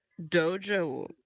Dojo